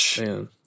Man